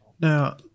Now